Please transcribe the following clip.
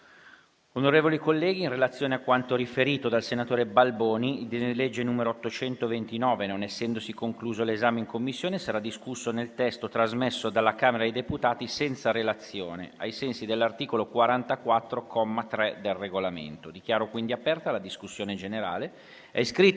Onorevoli colleghi, in relazione a quanto riferito dal senatore Balboni, il disegno di legge n. 829, non essendosi concluso l'esame in Commissione, sarà discusso nel testo trasmesso dalla Camera dei deputati senza relazione, ai sensi dell'articolo 44, comma 3, del Regolamento Dichiaro aperta la discussione generale.